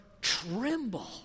tremble